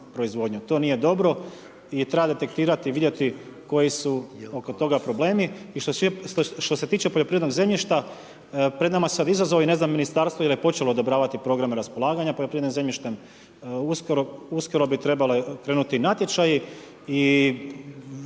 To nije dobro i treba detektirati, vidjeti koji su oko toga problemi i što se tiče poljoprivrednog zemljišta, pred nama su sad izazovi, ne znam Ministarstvo je li počelo odobravati programe raspolaganja poljoprivrednim zemljištem. Uskoro bi trebale krenuti natječaji